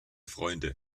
freunde